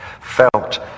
felt